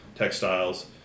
textiles